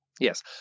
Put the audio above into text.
Yes